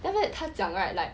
then after that 他讲 right like